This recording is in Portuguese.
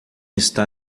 está